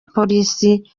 polisi